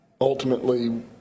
ultimately